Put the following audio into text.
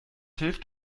hilft